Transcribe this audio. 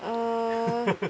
uh